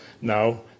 now